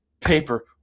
paper